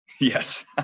Yes